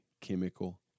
Chemical